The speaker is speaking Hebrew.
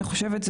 אני חושבת,